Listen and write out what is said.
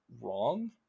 wrong